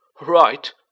Right